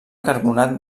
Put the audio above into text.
carbonat